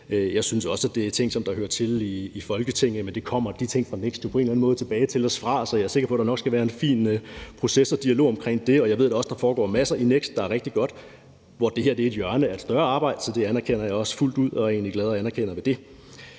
Jeg synes også, at det er ting, som hører til i Folketinget, men der kommer de ting fra NEKST jo på en eller anden måde også tilbage til os. Så jeg er sikker på, at der nok skal være en fin proces og dialog omkring det, og jeg ved da også, at der foregår en masse i NEKST, der er rigtig godt, og at det her er et hjørne af et større arbejde. Så det anerkender jeg også fuldt ud, og jeg er også glad ved det.